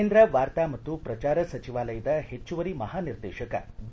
ಕೇಂದ್ರ ವಾರ್ತಾ ಮತ್ತು ಪ್ರಚಾರ ಸಚಿವಾಲಯದ ಹೆಚ್ಚುವರಿ ಮಹಾನಿರ್ದೇಶಕ ಬಿ